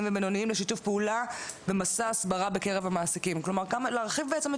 ובינוניים לשיתוף פעולה ומסע הסברה בקרב מעסיקים כדי להרחיב את